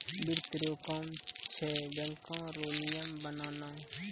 वित्त रो काम छै बैको रो नियम बनाना